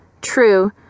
True